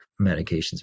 medications